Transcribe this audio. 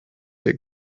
ihr